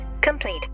complete